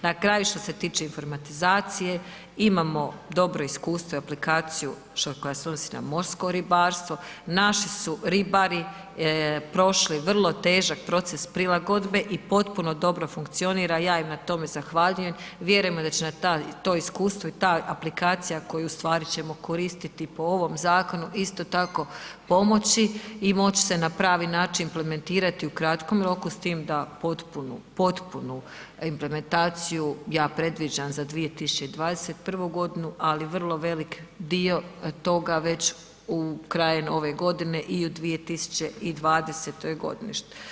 Na kraju što se tiče informatizacije, imamo dobro iskustvo i aplikaciju koja se odnosi na morsko ribarstvo, naši su ribari prošli vrlo težak proces prilagodbe i potpuno dobro funkcionira, ja im na tome zahvaljujem, vjerujemo da će nam to iskustvo i ta aplikacija koju ustvari ćemo koristiti po ovom zakonu isto tako pomoći i moć se na pravi način implementirati u kratkom roku s tim da potpunu, potpunu implementaciju ja predviđam za 2021. ali vrlo velik dio toga već krajem ove godine i u 2020. godini.